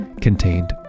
contained